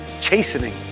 chastening